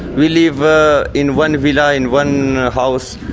we live ah in one villa, in one house,